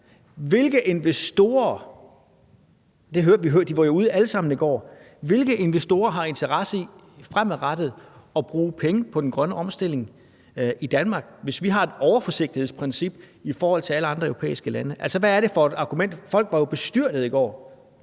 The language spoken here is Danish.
ude i går – har interesse i fremadrettet at bruge penge på den grønne omstilling i Danmark, hvis vi har et overforsigtighedsprincip i forhold til alle andre europæiske lande? Altså, hvad er det for et argument? Folk var jo bestyrtede i går.